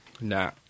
Nah